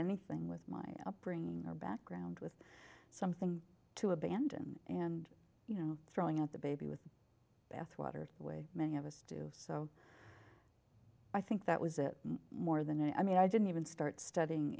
anything with my upbringing or background with something to abandon and you know throwing out the baby with the bathwater the way many of us do so i think that was more than i mean i didn't even start studying